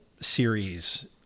series